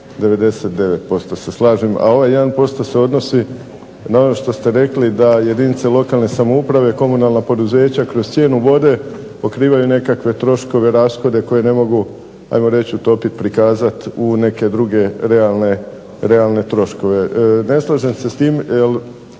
99% se slažem, a ovaj 1% se odnosi na ono što ste rekli da jedinice lokalne samouprave, komunalna poduzeća kroz cijenu vode pokrivaju nekakve troškove, rashode koje ne mogu ajmo reći utopiti, prikazati u neke druge realne troškove. Ne slažem se s tim, jer